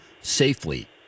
safely